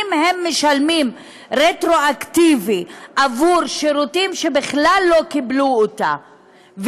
שאם הם משלמים רטרואקטיבית עבור שירותים שבכלל לא קיבלו אותם,